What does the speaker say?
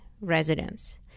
residents